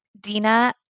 Dina